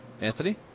Anthony